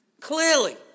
Clearly